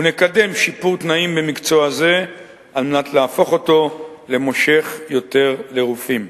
ונקדם שיפור תנאים במקצוע זה על מנת להפוך אותו למושך יותר לרופאים.